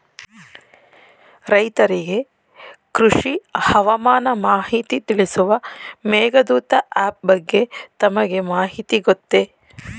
ರೈತರಿಗೆ ಕೃಷಿ ಹವಾಮಾನ ಮಾಹಿತಿ ತಿಳಿಸುವ ಮೇಘದೂತ ಆಪ್ ಬಗ್ಗೆ ತಮಗೆ ಮಾಹಿತಿ ಗೊತ್ತೇ?